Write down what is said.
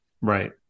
right